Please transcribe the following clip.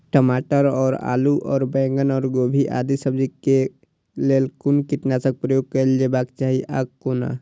टमाटर और आलू और बैंगन और गोभी आदि सब्जी केय लेल कुन कीटनाशक प्रयोग कैल जेबाक चाहि आ कोना?